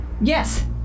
Yes